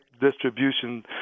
distribution